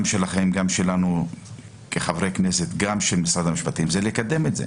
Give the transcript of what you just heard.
גם שלכם וגם שלנו כחברי כנסת וגם של משרד המשפטים היא לקדם את זה.